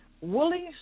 Woolies